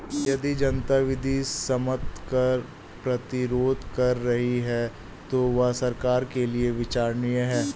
यदि जनता विधि सम्मत कर प्रतिरोध कर रही है तो वह सरकार के लिये विचारणीय है